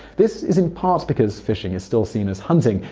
this is in part because fishing is still seen as hunting,